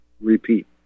repeat